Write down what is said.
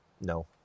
No